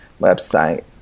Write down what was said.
website